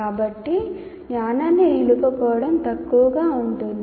కాబట్టి జ్ఞానాన్ని నిలుపుకోవడం తక్కువగా ఉంటుంది